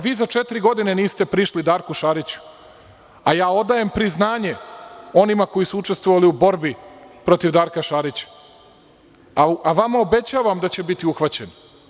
Vi za četiri godine niste prišli Darku Šariću, a ja odajem priznanje onima koji su učestvovali u borbi protiv Darka Šarića, a vama obećavam da će biti uhvaćen.